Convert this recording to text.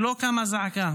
ולא קמה זעקה.